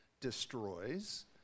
destroys